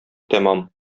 тәмам